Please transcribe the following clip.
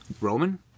Roman